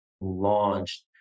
launched